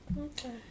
Okay